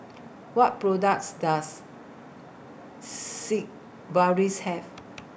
What products Does Sigvaris Have